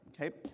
okay